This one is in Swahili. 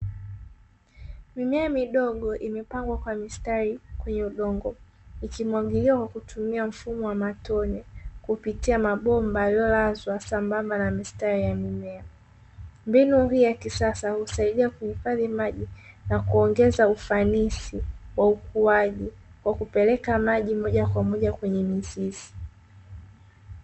Mimea midogo imepangwa kwa mistari kwenye udongo, ikimwagiliwa kwa kutumia mfumo wa matone kupitia mabomba yaliyolazwa sambamba na mistari ya mimea. Mbinu hii ya kisasa husaidia kuhifadhi maji na kuongeza ufanisi wa ukuaji kwa kupeleka maji moja kwa moja kwenye mizizi.